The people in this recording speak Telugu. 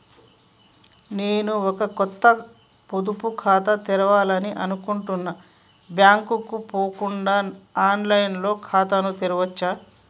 నేను ఒక కొత్త పొదుపు ఖాతాను తెరవాలని అనుకుంటున్నా బ్యాంక్ కు పోకుండా ఆన్ లైన్ లో ఖాతాను తెరవవచ్చా?